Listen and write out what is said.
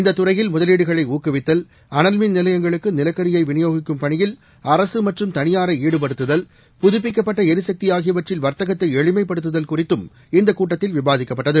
இந்த துறையில் முதலீடுகளை ஊக்குவித்தல் அனல்மின் நிலையங்களுக்கு நிலக்கியை விநியோகிக்கும் பணியில் அரசு மற்றும் தனியாரை ஈடுபடுத்துதல் புதுப்பிக்கப்பட்ட ளிசக்தி ஆகியவற்றில் வர்த்தகத்தை எளிமைப்படுத்துதல் குறித்தும் இந்த கூட்டத்தில் விவாதிக்கப்பட்டது